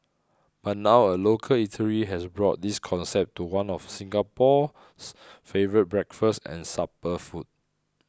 but now a local eatery has brought this concept to one of Singapore's favourite breakfast and supper food